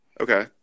Okay